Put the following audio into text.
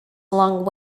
along